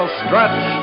stretch